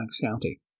County